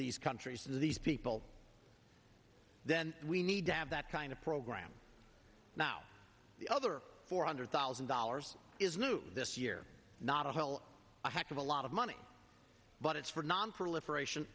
these countries to these people then we need to have that kind of program now the other four hundred thousand dollars is new this year not a whole heck of a lot of money but it's for nonproliferation